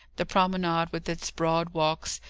the promenade, with its broad walks,